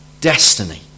destiny